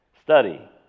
Study